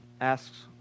asks